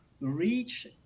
reach